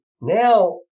now